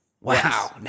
Wow